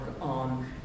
on